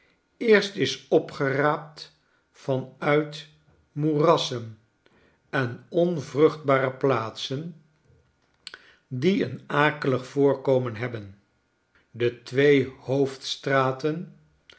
eerst is opgeraapt van uit moerassen en onvruchtbare plaatsen die een akelig voorkomen hebben de twee hoofdstraten